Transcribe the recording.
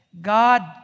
God